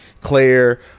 claire